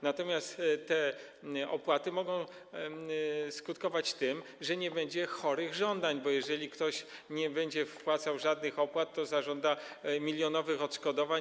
Natomiast te opłaty mogą skutkować tym, że nie będzie chorych żądań, bo jeżeli ktoś nie będzie wpłacał żadnych opłat, to zażąda milionowych odszkodowań.